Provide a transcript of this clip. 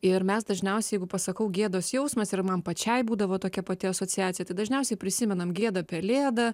ir mes dažniausiai jeigu pasakau gėdos jausmas ir man pačiai būdavo tokia pati asociacija tai dažniausiai prisimenam gėda pelėda